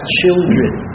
children